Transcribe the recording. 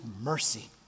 mercy